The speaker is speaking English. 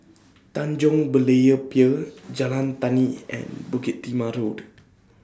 Tanjong Berlayer Pier Jalan Tani and Bukit Timah Road